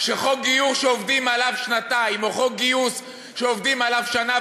שחוק גיור שעובדים עליו שנתיים או חוק גיוס שעובדים עליו שנה